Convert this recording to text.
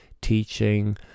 teaching